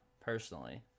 personally